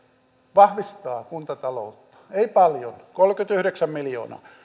vahvistaa kuntataloutta ei paljon kolmekymmentäyhdeksän miljoonaa